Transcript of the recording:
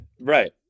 Right